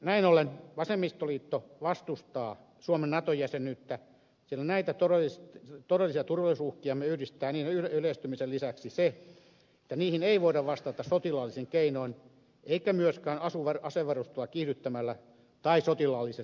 näin ollen vasemmistoliitto vastustaa suomen nato jäsenyyttä sillä näitä todellisia turvallisuusuhkiamme yhdistää niiden yleistymisen lisäksi se että niihin ei voida vastata sotilaallisin keinoin eikä myöskään asevarustelua kiihdyttämällä tai sotilaallisesti liittoutumalla